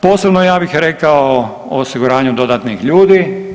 Posebno ja bih rekao u osiguranju dodatnih ljudi.